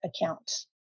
accounts